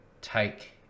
take